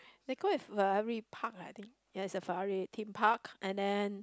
they go with Ferrari park I think ya is a Ferrari Theme Park and then